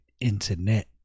internet